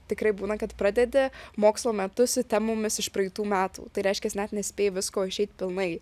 tikrai būna kad pradedi mokslo metus su temomis iš praeitų metų tai reiškias net nespėji visko išeit pilnai